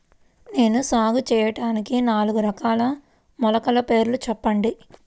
నేను సాగు చేయటానికి నాలుగు రకాల మొలకల పేర్లు చెప్పండి?